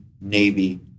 Navy